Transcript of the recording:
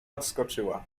odskoczyła